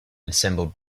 assembled